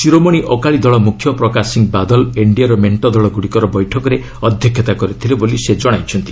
ଶିରୋମଣି ଅକାଳୀ ଦଳ ମୁଖ୍ୟ ପ୍ରକାଶ ସିଂ ବାଦଲ୍ ଏନ୍ଡିଏର ମେଣ୍ଟ ଦଳଗ୍ରଡ଼ିକର ବୈଠକରେ ଅଧ୍ୟକ୍ଷତା କରିଥିଲେ ବୋଲି ସେ ଜଣାଇଛନ୍ତି